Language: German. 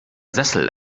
sessel